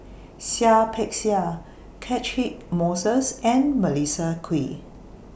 Seah Peck Seah Catchick Moses and Melissa Kwee